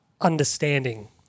understanding